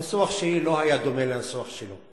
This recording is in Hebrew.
הניסוח שלי לא היה דומה לניסוח שלו.